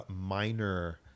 minor